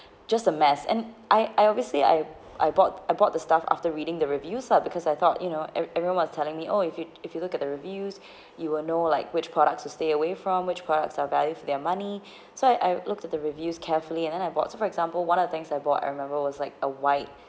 just a mess and I I obviously I I bought I bought the stuff after reading the reviews lah because I thought you know ev~ everyone was telling me oh if you if you look at the reviews you will know like which products to stay away from which products are value for their money so I I looked at the reviews carefully and then I bought so for example one of things I bought I remember was like a white